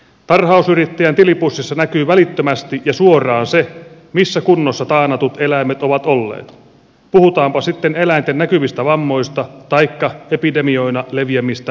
tarhausyrittäjän tilipussissa näkyy välittömästi ja suoraan se missä kunnossa taanatut eläimet ovat olleet puhutaanpa sitten eläinten näkyvistä vammoista taikka epidemioina leviävistä sairauksista